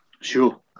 Sure